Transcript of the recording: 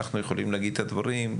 אנחנו יכולים להגיד את הדברים,